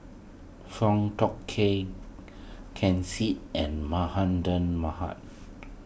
Foong Fook Kay Ken Seet and